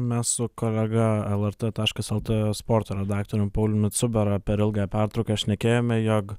mes su kolega lrt taškas lt sporto redaktorium pauliumi cubera per ilgąją pertrauką šnekėjome jog